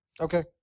Okay